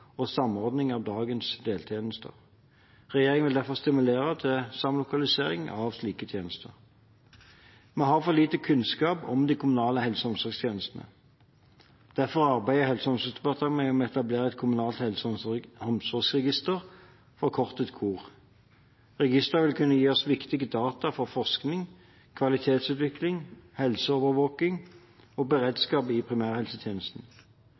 og samordning av dagens deltjenester. Regjeringen vil derfor stimulere til samlokalisering av slike tjenester. Vi har for liten kunnskap om de kommunale helse- og omsorgstjenestene. Derfor arbeider Helse- og omsorgsdepartementet med å etablere et kommunalt helse- og omsorgsregister, forkortet KHOR. Registeret vil kunne gi oss viktige data for forskning, kvalitetsutvikling, helseovervåking og beredskap i primærhelsetjenesten.